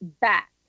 back